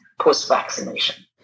post-vaccination